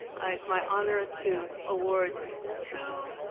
is my honor to award two